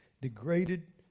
degraded